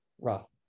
rough